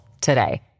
today